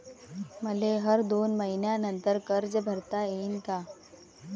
मले हर दोन मयीन्यानंतर कर्ज भरता येईन का?